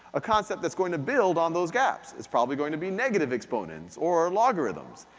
a concept that's going to build on those gaps. it's probably going to be negative exponents, or logarithms.